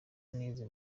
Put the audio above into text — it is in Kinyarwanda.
nize